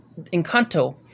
Encanto